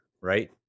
right